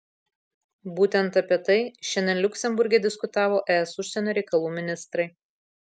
būtent apie tai šiandien liuksemburge diskutavo es užsienio reikalų ministrai